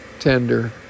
tender